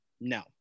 No